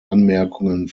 anmerkungen